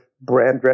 brand